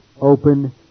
open